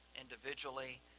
individually